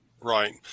Right